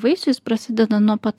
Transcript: vaisiui jis prasideda nuo pat